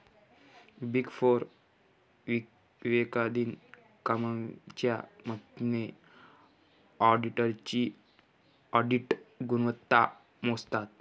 big four विवेकाधीन कमाईच्या मदतीने ऑडिटर्सची ऑडिट गुणवत्ता मोजतात